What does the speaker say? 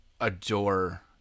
adore